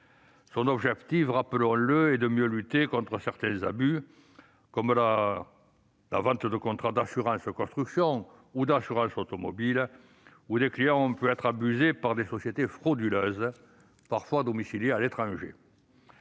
Son objectif, rappelons-le, est de mieux lutter contre certains abus, comme dans la vente de contrats d'assurance construction ou automobile, où des clients ont pu être abusés par des sociétés frauduleuses, parfois domiciliées à l'étranger.